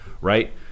right